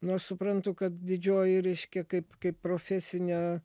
nu aš suprantu kad didžioji reiškia kaip kaip profesinė